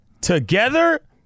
Together